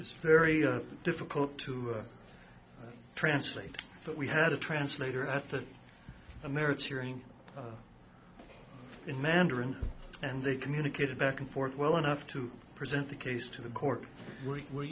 it's very difficult to translate but we had a translator at the americas hearing in mandarin and they communicated back and forth well enough to present the case to the court where